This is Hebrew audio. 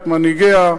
את מנהיגיה,